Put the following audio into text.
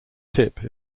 tip